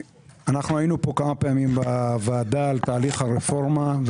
היינו כמה פעמים בוועדה בנושא תהליך הרפורמה,